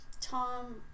Tom